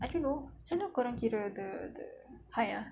I don't know korang kira the the high ah